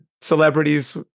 celebrities